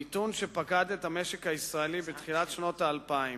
המיתון שפקד את המשק הישראלי בתחילת שנות האלפיים,